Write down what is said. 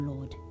Lord